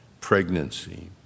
pregnancy